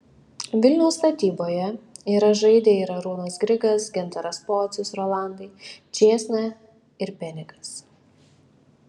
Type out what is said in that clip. vilniaus statyboje yra žaidę ir arūnas grigas gintaras pocius rolandai čėsna ir penikas